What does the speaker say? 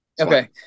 okay